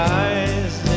eyes